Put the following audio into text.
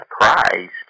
Christ